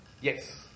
Yes